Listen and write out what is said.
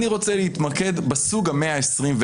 אני רוצה להתמקד בסוג ה-121,